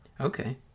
Okay